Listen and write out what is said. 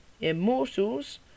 Immortals